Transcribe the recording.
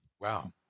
wow